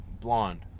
Blonde